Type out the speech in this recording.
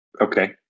Okay